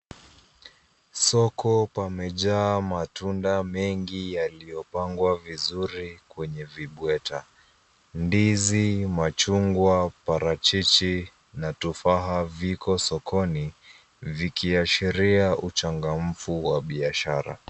Soko pamejaa matunda mengi yaliyopangwa vizuri kwenye vibweta. Ndizi, machungwa, parachichi na tufaha viko sokoni vikiashiria uchangamfu wa biashara.